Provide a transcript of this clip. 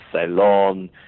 Ceylon